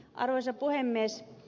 arvoisa puhemies